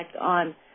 on